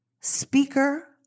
speaker